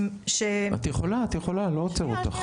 את יכולה את יכולה, אני לא עוצר אותך.